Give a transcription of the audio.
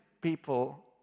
people